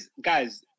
Guys